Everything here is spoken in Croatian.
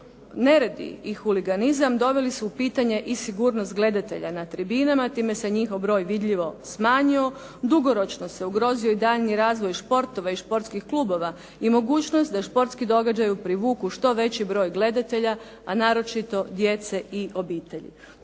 neredi i huliganizam doveli su u pitanje i sigurnost gledatelja na tribinama. Time se njihov broj vidljivo smanjio. Dugoročno se ugrozio i daljnji razvoj športova i športskih klubova i mogućnost da športski događaji privuku što veći broj gledatelja, a naročito djece i obitelji.